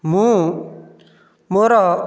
ମୁଁ ମୋର